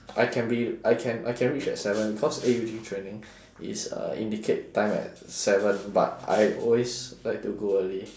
I can be I can I can reach at seven because A_U_G training is uh indicate time at seven but I always like to go early